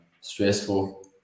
stressful